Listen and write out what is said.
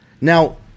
Now